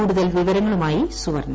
കൂടുതൽ വിവരങ്ങളുമായി സുവർണ